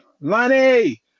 Lonnie